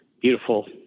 beautiful